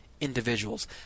individuals